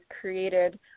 created